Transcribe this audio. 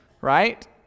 right